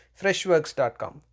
freshworks.com